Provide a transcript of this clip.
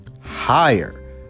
higher